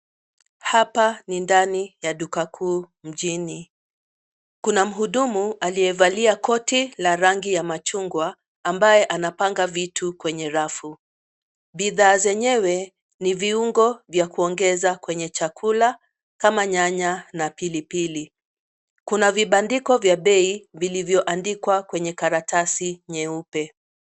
Hapa ni ndani ya duka kuu mjini, kuna mhudumu aliyevalia koti la rangi ya machungwa ambaye anapanga vitu kwenye rafu. Bidhaa zenyewe ni viungo vya kuongeza kwenye chakula kama nyaya na pilipili. Kuna vibandiko vya bei vilivyoandikwa kwenye karatasi nyeupe.